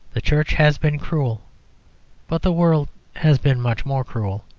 the church has been cruel but the world has been much more cruel.